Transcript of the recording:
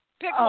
Pick